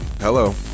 Hello